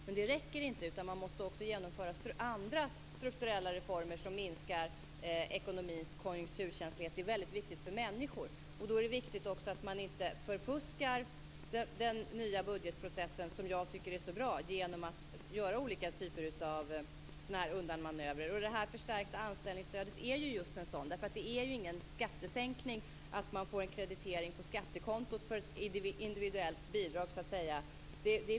Men det räcker inte, utan man måste också genomföra andra strukturella reformer som minskar ekonomins konjunkturkänslighet. Det är väldigt viktigt för människor. Det är också viktigt att man inte förfuskar den nya budgetprocessen, som jag tycker är så bra, genom att göra olika typer av undanmanövrer. Det förstärka anställningsstödet är just en sådan. Det är inte någon skattesänkning att man får en kreditering på skattekontot för ett individuellt bidrag.